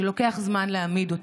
שלוקח זמן להעמיד אותו,